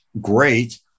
great